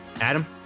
adam